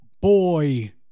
boy